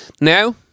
Now